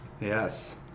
Yes